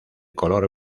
color